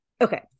Okay